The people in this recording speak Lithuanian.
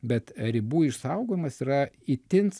bet ribų išsaugojimas yra itin